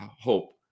hope